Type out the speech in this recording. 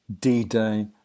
d-day